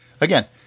Again